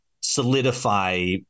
solidify